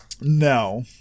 No